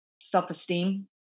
self-esteem